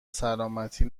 سلامتی